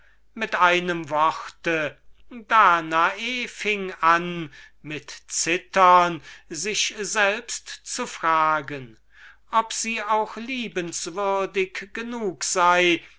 wäre mit einem wort danae fing an mit zittern sich selbst zu fragen ob sie auch liebenswürdig genug sei